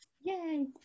Yay